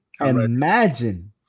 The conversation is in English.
Imagine